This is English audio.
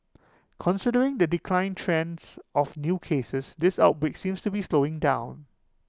considering the decline trends of new cases this outbreak seems to be slowing down